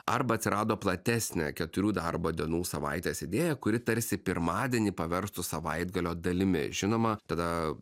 arba atsirado platesnė keturių darbo dienų savaitės idėja kuri tarsi pirmadienį paverstų savaitgalio dalimi žinoma tada